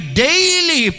daily